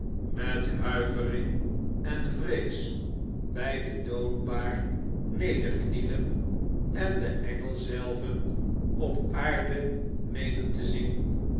met huivering en vrees bij de doodbaar nederknielen en den engel zelven op aarde meenen te zien